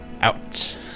out